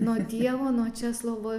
nuo dievo nuo česlovo